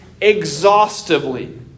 exhaustively